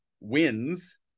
wins